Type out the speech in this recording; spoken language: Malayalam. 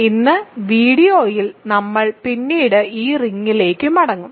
ഇന്ന് വീഡിയോയിൽ നമ്മൾ പിന്നീട് ഈ റിംഗിലേക്ക് മടങ്ങും